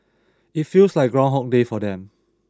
it feels like groundhog day for them